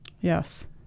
yes